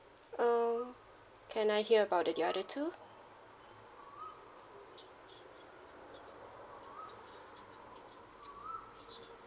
um can I hear about the other two